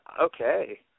Okay